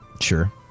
Sure